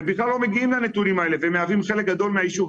בכלל לא מגיעים לנתונים האלה והם מהווים חלק גדול מהיישוב.